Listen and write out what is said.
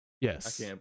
Yes